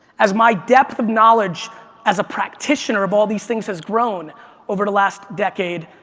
as my depth of knowledge as a practitioner of all these things has grown over the last decade,